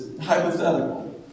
hypothetical